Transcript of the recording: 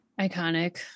Iconic